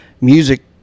music